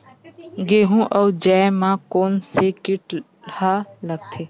गेहूं अउ जौ मा कोन से कीट हा लगथे?